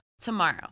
tomorrow